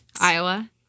Iowa